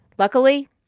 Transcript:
Luckily